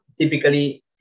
typically